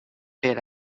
per